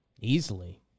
easily